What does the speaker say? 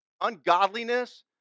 ungodliness